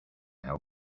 help